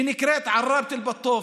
שנקראת עראב אל-בטוף,